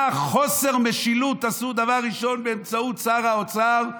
מה חוסר המשילות עשו דבר ראשון באמצעות שר האוצר?